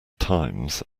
times